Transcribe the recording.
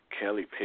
Kelly